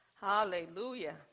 Hallelujah